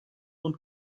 und